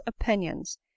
opinions